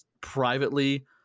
privately